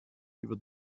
über